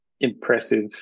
impressive